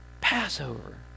Passover